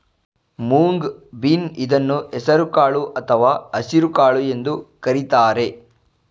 moong bean ಇದನ್ನು ಹೆಸರು ಕಾಳು ಅಥವಾ ಹಸಿರುಕಾಳು ಎಂದು ಕರಿತಾರೆ